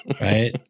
right